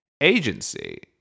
agency